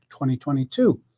2022